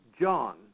John